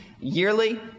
yearly